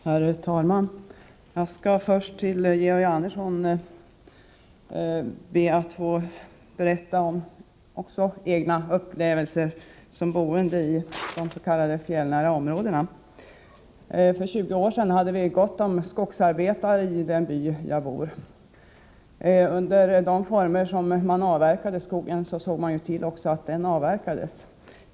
Herr talman! Jag skall först be att för Georg Andersson få berätta om egna upplevelser som boendei de s.k. fjällnära områdena. För 20 år sedan hade vi gott om skogsarbetare i den by där jag bor. Då såg man också till att skogen avverkades.